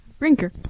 Rinker